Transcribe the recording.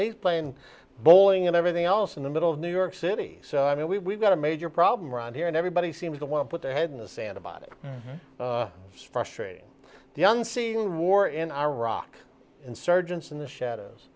playing bowling and everything else in the middle of new york city so i mean we've got a major problem around here and everybody seems to want to put their head in the sand about it frustrating the unseen war in iraq insurgents in the shadows